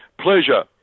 Pleasure